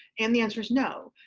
and the answer is no.